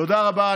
תודה רבה.